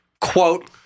quote